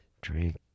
Drink